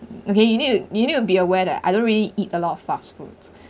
okay you need to you need to be aware that I don't really eat a lot of fast food